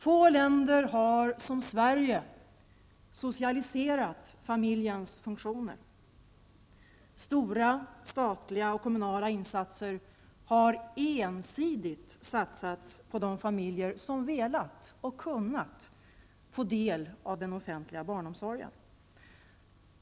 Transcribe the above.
Få länder har som Sverige socialiserat familjens funktioner. Stora statliga och kommunala insatser har ensidigt satsats på de familjer som velat och kunnat få del av den offentliga barnomsorgen.